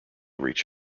reach